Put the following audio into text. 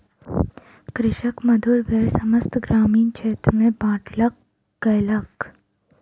कृषक मधुर बेर समस्त ग्रामीण क्षेत्र में बाँटलक कयलक